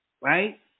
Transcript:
right